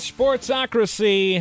Sportsocracy